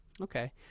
Okay